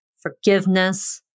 forgiveness